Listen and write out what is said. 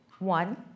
One